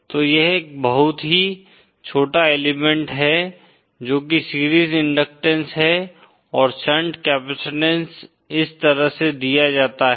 तो यह एक बहुत ही छोटा एलिमेंट है जो की सीरीज इंडक्टैंस है और शंट कैपेसिटेंस इस तरह से दिया जाता है